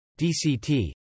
DCT